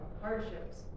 hardships